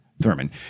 Thurman